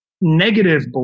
negative